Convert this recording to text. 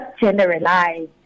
generalize